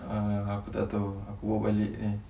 uh aku tak tahu aku bawa balik ni